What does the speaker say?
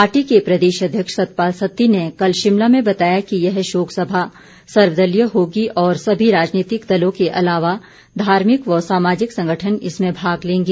party के प्रदेश अध्यक्ष सतपाल सत्ती ने कल शिमला में बताया कि यह शोक सभा सर्वदलीय होगी और सभी राजनीतिक दलों के अलावा धार्मिक व सामाजिक संगठन इसमें भाग लेंगे